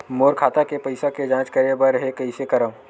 मोर खाता के पईसा के जांच करे बर हे, कइसे करंव?